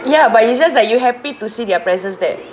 ya but it's just that you happy to see their presence there